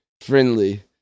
friendly